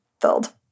filled